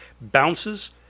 Bounces